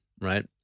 Right